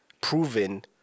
proven